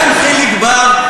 גם חיליק בר,